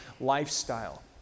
lifestyle